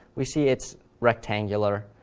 we see it's rectangular,